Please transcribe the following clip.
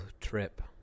trip